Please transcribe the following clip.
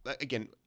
again